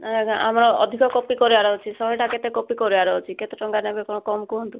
ନାଇଁ ଆଜ୍ଞା ଆମେ ଅଧିକ କପି କରିବାର ଅଛି ଶହେଟା କେତେ କପି କରିବାର ଅଛି କେତେ ଟଙ୍କା ନେବେ କ'ଣ କୁହନ୍ତୁ